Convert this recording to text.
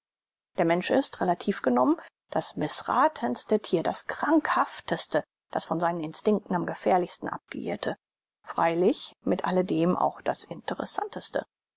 der mensch ist relativ genommen das mißrathenste thier das krankhafteste das von seinen instinkten am gefährlichsten abgeirrte freilich mit alledem auch das interessanteste